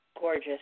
gorgeous